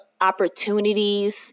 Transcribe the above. opportunities